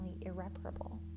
irreparable